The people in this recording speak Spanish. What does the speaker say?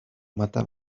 mata